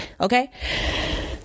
okay